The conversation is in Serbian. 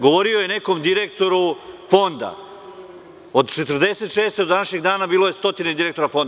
Govorio je o nekom direktoru Fonda, od 1946. do današnjeg dana bilo je stotine direktora Fonda.